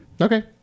Okay